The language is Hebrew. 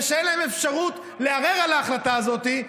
ושאין להם אפשרות לערער על ההחלטה הזאת,